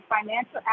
financial